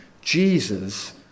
Jesus